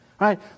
right